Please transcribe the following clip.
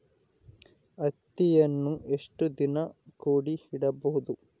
ಹತ್ತಿಯನ್ನು ಎಷ್ಟು ದಿನ ಕೂಡಿ ಇಡಬಹುದು?